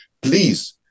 Please